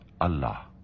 Allah